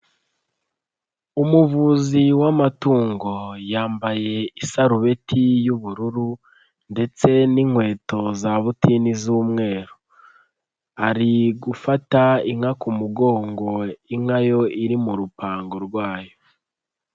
Umuvuzi w'amatungo yambaye isarubeti y'ubururu ndetse n'inkweto za butini z'umweru, ari gufata inka ku mugongo inka yo iri mu rupango rwayo.